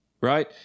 Right